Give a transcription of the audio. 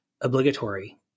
obligatory